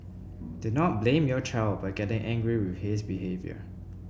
did not blame your child by getting angry with his behaviour